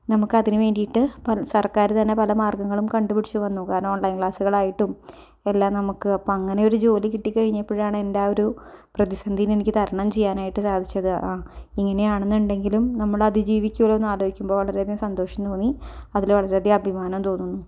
നമുക്കതിന് വേണ്ടീട്ട് സർക്കാർ തന്നെ പല മാർഗ്ഗങ്ങളും കണ്ടുപിടിച്ചു തന്നു കാരണം ഓൺലൈൻ ക്ലാസ്സുകളായിട്ടും എല്ലാം നമുക്ക് അപ്പം അങ്ങനെ ഒരു ജോലി കിട്ടിക്കഴിഞ്ഞപ്പോഴാണ് എൻ്റെ ആ ഒരു പ്രതിസന്ധിന്നെനിക്ക് തരണം ചെയ്യാനായിട്ട് സാധിച്ചത് ആ ഇങ്ങനെയാണെന്നുണ്ട്ങ്കിലും നമ്മളതിൽ ജീവിക്കുവല്ലോന്നലോചിക്കുമ്പോൾ വളരെ അധികം സന്തോഷം തോന്നി അതിൽ വളരെ അധികം അഭിമാനം തോന്നുന്നു